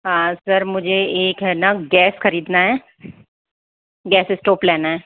हाँ सर मुझे एक है ना गैस खरीदना है गैस स्टोव लेना है